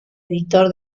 editor